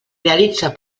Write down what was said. realitza